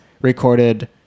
recorded